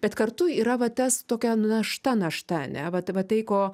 bet kartu yra va tas tokia našta našta ane vat va tai ko